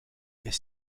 est